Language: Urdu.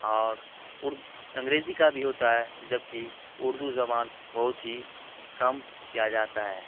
اور ار انگریزی کا بھی ہوتا ہے جبکہ اردو زبان بہت ہی کم کیا جاتا ہے